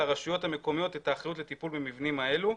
הרשויות המקומיות את האחריות לטיפול במבנים האלה.